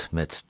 met